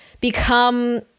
become